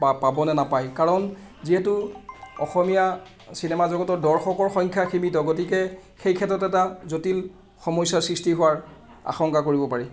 বা পাব নে নাপাই কাৰণ যিহেতু অসমীয়া চিনেমা জগতৰ দৰ্শকৰ সংখ্যা সীমিত গতিকে সেই ক্ষেত্ৰত এটা জটিল সমস্যাৰ সৃষ্টি হোৱাৰ আশংকা কৰিব পাৰি